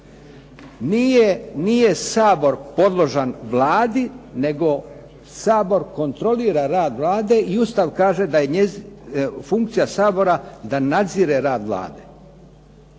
Nije Sabor podložan Vladi, nego Sabor kontrolira rad Vlade i Ustav kaže da je funkcija Sabora da nadzire rad Vlade.